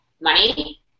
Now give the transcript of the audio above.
Money